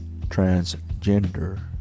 transgender